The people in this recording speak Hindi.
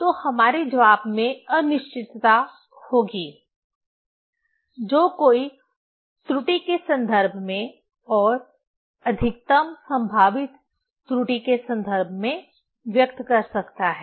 तो हमारे जवाब में अनिश्चितता होगी जो कोई त्रुटि के संदर्भ में और अधिकतम संभावित त्रुटि के संदर्भ में व्यक्त कर सकता है